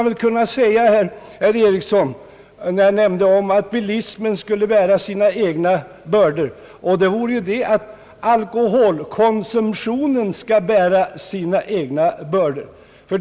Jag nämnde att bilismen skulle bära sina egna bördor. Man borde väl kunna säga, herr Eriksson, att alkoholkonsumtionen skulle bära sina egna bördor.